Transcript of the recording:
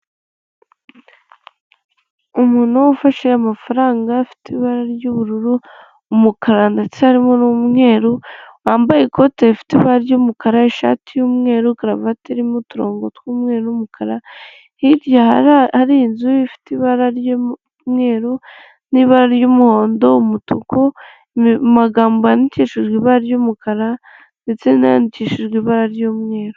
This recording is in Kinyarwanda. Umuntu ufashe amafaranga afite ibara ry'ubururu, umukara ndetse harimo n'umweru, wambaye ikote rifite ry'umukara, ishati y'umweru, karuvati irimo uturongo tw'umweru n'umukara, hirya hari inzu ifite ibara ry'umweru n'ibara ry'umuhondo, umutuku mu magambo yandikishijwe ibara ry'umukara ndetse n'ayandikishijwe ibara ry'umweru.